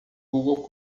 google